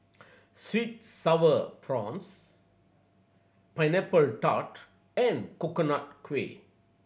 sweet Sour Prawns Pineapple Tart and Coconut Kuih